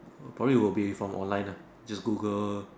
probably will be from online lah just Google